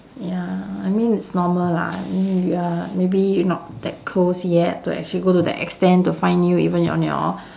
ya I mean it's normal lah I mean you are maybe you not that close yet to actually go to that extent to find you even on your